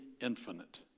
infinite